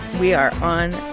we are on